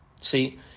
See